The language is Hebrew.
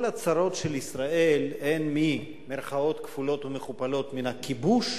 כל הצרות של ישראל הן במירכאות כפולות ומכופלות מן הכיבוש,